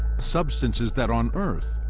substances that, on earth,